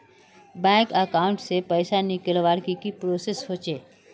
Bank account से पैसा निकालवर की की प्रोसेस होचे?